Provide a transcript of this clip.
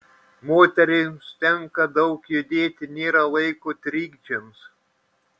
moterims tenka daug judėti nėra laiko trikdžiams